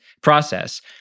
process